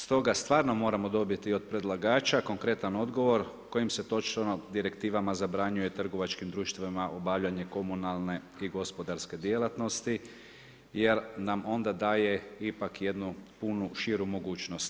Stoga stvarno moramo dobiti od predlagača konkretan odgovor kojim se točno direktivama zabranjuje trgovačkim društvima obavljanje komunalne i gospodarske djelatnosti jer nam onda daje ipak jednu puno širu mogućnost.